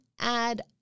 add